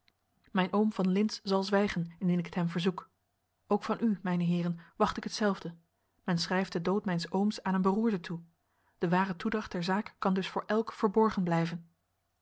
mijn oom van lintz zal zwijgen indien ik het hem verzoek ook van u mijne heeren wacht ik hetzelfde men schrijft den dood mijns ooms aan een beroerte toe de ware toedracht der zaak kan dus voor elk verborgen blijven